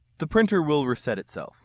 the printer will reset itself.